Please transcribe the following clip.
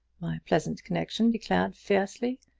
my pleasant connection declared fiercely.